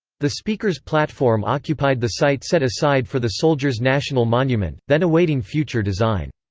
the speaker's platform occupied the site set aside for the soldier's national monument, then awaiting future design.